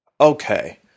Okay